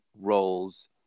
roles